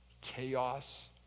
chaos